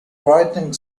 writing